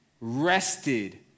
rested